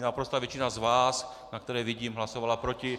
Naprostá většina z vás, na které vidím, hlasovala proti.